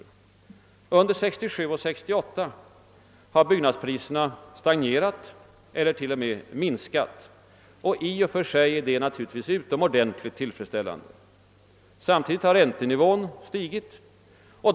Under 1967 och 1968 har byggnadspriserna stagnerat och till och med minskat. I och för sig är detta naturligtvis utomordentligt tillfredsställande. Samtidigt har räntenivån stigit.